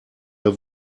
der